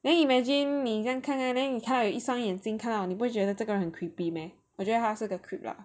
then imagine 你这样看看你看到有一双眼睛看到你不会觉得这个人很 creepy meh 我觉得他是个 creep lah